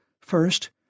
First